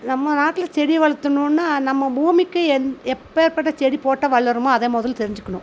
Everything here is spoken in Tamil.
நம்ம நாட்டில் செடி வளர்த்தணுன்னா நம்ம பூமிக்கு எந் எப்பேர்பட்ட செடி போட்டால் வளருமோ அதை முதல்ல தெரிஞ்சுக்கணும்